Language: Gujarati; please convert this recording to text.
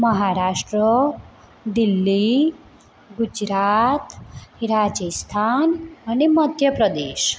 મહારાષ્ટ્ર દિલ્લી ગુજરાત રાજસ્થાન અને મધ્ય પ્રદેશ